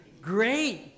great